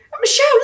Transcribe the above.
Michelle